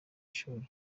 ishuli